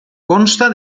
consta